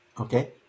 okay